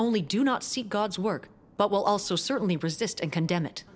only do not see god's work but will also certainly resist and condemn it